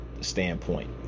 standpoint